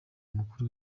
umukuru